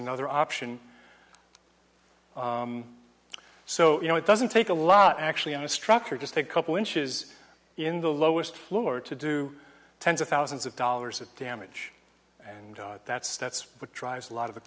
another option so you know it doesn't take a lot actually on a structure just a couple inches in the lowest floor to do tens of thousands of dollars of damage and that's that's what drives a lot of the